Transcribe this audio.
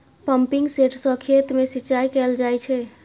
pumping set सं खेत मे सिंचाई कैल जाइ छै